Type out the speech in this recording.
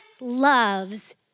loves